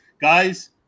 Guys